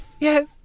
Yes